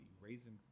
raising